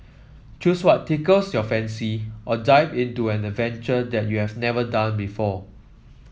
choose what tickles your fancy or dive into an adventure that you have never done before